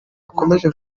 akomeje